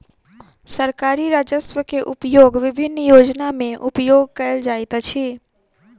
सरकारी राजस्व के उपयोग विभिन्न योजना में उपयोग कयल जाइत अछि